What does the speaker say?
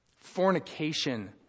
fornication